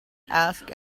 ask